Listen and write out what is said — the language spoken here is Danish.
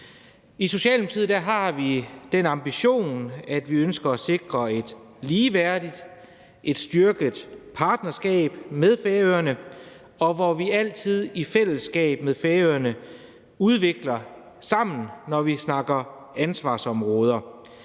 I Socialdemokratiet har vi den ambition, at vi ønsker at sikre et ligeværdigt og styrket partnerskab med Færøerne, hvor vi altid i fællesskab med Færøerne udvikler det sammen, når vi snakker ansvarsområder.